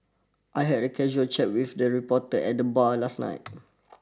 I had a casual chat with the reporter at the bar last night